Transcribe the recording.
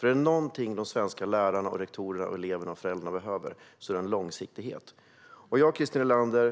Är det något som de svenska lärarna, rektorerna, eleverna och föräldrarna behöver är det långsiktighet. Jag är